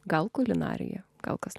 gal kulinarija kol kas